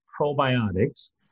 probiotics